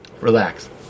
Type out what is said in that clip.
Relax